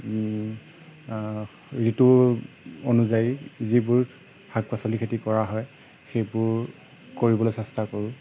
ঋতুৰ অনুযায়ী যিবোৰ শাক পাচলি খেতি কৰা হয় সেইবোৰ কৰিবলৈ চেষ্টা কৰোঁ